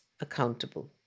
accountable